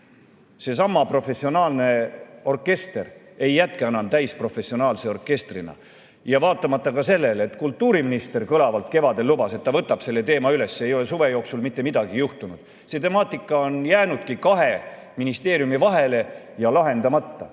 Seesama professionaalne orkester ei jätka enam täisprofessionaalse orkestrina ja vaatamata ka sellele, et kultuuriminister kõlavalt kevadel lubas, et ta võtab selle teema üles, ei ole suve jooksul mitte midagi juhtunud. See temaatika on jäänudki kahe ministeeriumi vahele ja lahendamata.